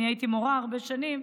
אני הייתי מורה הרבה שנים,